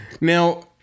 Now